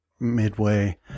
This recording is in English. midway